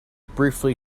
briefly